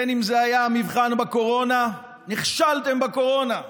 בין שזה היה המבחן בקורונה, נכשלתם בקורונה,